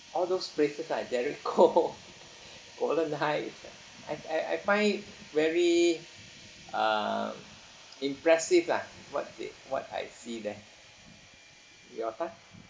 all those places ah that I go golan heights I I I find very uh impressive lah what it what I see there you apa